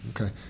Okay